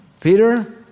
Peter